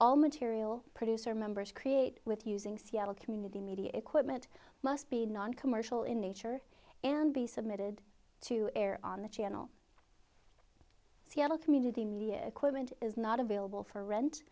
all material producer members create with using seattle community media equipment must be noncommercial in nature and be submitted to air on the channel seattle community media equipment is not available for rent